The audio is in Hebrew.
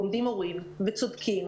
עומדים הורים וצודקים,